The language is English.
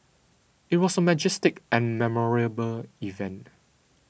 it was a majestic and memorable event